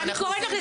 את מפריעה לו